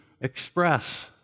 express